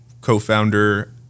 co-founder